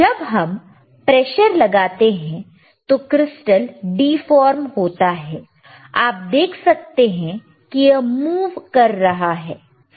जब हम प्रेशर लगाते हैं तो क्रिस्टल डीफॉर्म होता है आप देख सकते हैं यह मुंव कर रहा है